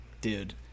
Dude